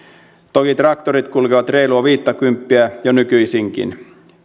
toki traktorit kulkevat reilua viittäkymppiä jo nykyisinkin